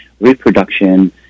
reproduction